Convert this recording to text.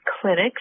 clinics